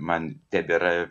man tebėra